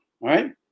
right